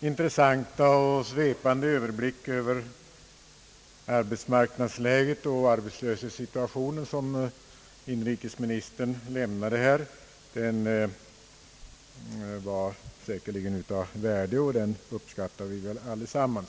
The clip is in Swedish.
intressanta och svepande överblick över arbetsmarknadsläget och arbetslöshetssituationen som inrikesministern gav här var säkerligen av värde, och den uppskattar vi väl allesamman.